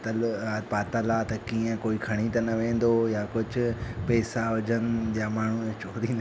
हू पातल आहे पातल आहे त कीअं कोइ खणी त न वेंदो या कुझु पेसा हुजनि